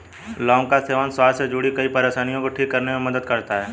लौंग का सेवन स्वास्थ्य से जुड़ीं कई परेशानियों को ठीक करने में मदद करता है